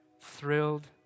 thrilled